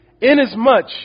inasmuch